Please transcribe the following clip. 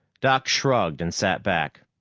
doc shrugged and sat back.